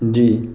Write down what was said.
جی